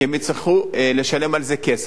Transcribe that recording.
כי הם יצטרכו לשלם על זה כסף,